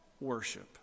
worship